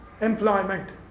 employment